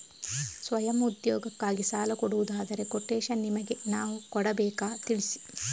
ಸ್ವಯಂ ಉದ್ಯೋಗಕ್ಕಾಗಿ ಸಾಲ ಕೊಡುವುದಾದರೆ ಕೊಟೇಶನ್ ನಿಮಗೆ ನಾವು ಕೊಡಬೇಕಾ ತಿಳಿಸಿ?